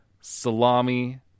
salami